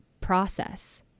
process